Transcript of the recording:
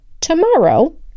tomorrow